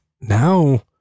now